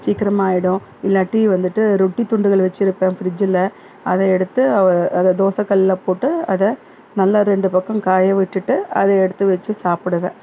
சீக்கிரமாயிடும் இல்லாட்டி வந்துட்டு ரொட்டி துண்டுகள் வெச்சுருப்பேன் ஃப்ரிட்ஜில் அதை எடுத்து அதை தோசை கல்லில் போட்டு அதை நல்லா ரெண்டு பக்கம் காய விட்டுட்டு அதை எடுத்து வெச்சு சாப்பிடுவேன்